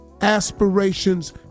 aspirations